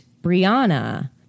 Brianna